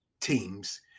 teams